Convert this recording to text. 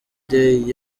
day